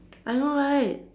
I know right